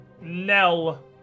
Nell